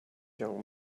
young